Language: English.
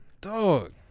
Dog